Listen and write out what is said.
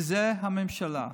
וזו הממשלה.